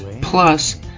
plus